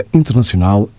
internacional